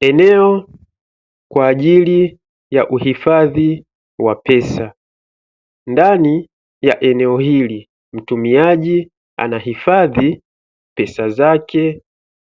Eneo kwa ajili ya uhifadhi wa pesa ndani ya eneo hili mtumiaji anahifadhi pesa zake